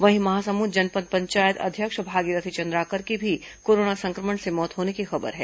वहीं महासमुंद जनपद पंचायत अध्यक्ष भागीरथी चंद्राकर की भी कोरोना संक्रमण से मौत होने की खबर है